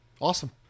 awesome